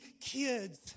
kids